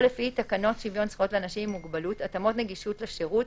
או לפי תקנות שוויון זכויות לאנשים עם מוגבלות (התאמות נגישות לשירות),